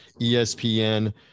espn